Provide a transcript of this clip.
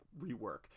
rework